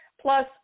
plus